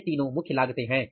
ये तीनों मुख्य लागतें हैं